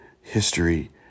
history